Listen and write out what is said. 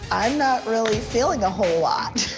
i'm not really feeling a whole lot.